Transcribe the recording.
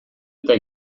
eta